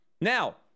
now